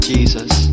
Jesus